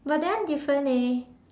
but that one different eh